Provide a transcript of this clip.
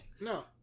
no